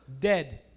dead